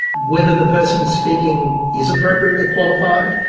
whether the person speaking is appropriately qualified,